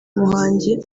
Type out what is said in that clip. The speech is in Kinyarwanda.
muhangi